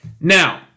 Now